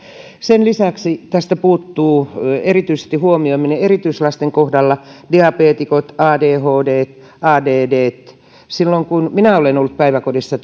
sen lisäksi tästä puuttuu erityisesti erityislasten huomioiminen diabeetikot adhdt addt silloin kun minä olin päiväkodissa